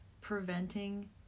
preventing